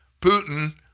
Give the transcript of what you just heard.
Putin